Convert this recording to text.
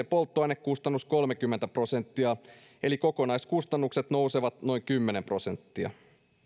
polttoainekustannus kolmekymmentä prosenttia eli kokonaiskustannukset nousisivat noin kymmenen prosenttia